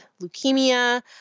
leukemia